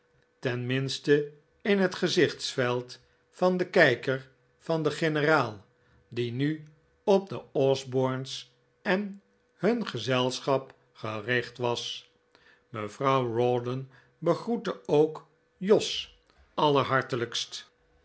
in het gezichtsveld van den kijker van den generaal die nu op de osbornes en hun gezelschap gericht was mevrouw rawdon begroette ook jos